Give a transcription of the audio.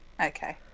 Okay